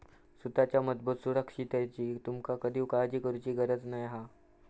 सुताच्या मजबूत सुरक्षिततेची तुमका कधीव काळजी करुची गरज नाय हा